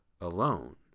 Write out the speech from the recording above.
alone